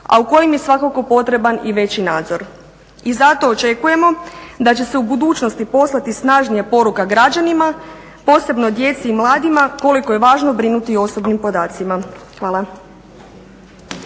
a u kojem je svakako potreban i veći nadzor. I zato očekujemo da će se u budućnosti poslati snažnija poruka građanima, posebno djeci i mladima koliko je važno brinuti o osobnim podacima. Hvala.